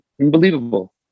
unbelievable